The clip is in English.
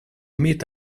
meet